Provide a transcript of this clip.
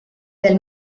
del